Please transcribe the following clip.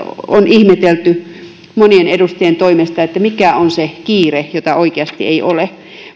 on ihmetelty monien edustajien toimesta mikä on se kiire jota oikeasti ei ole